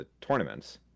tournaments